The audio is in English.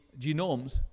genomes